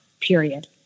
period